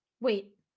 Wait